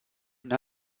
une